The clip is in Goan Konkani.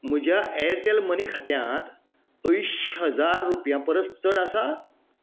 म्हज्या ऍरटॅल मनी खात्यांत अयशीं हजार रुपयां परस चड आसात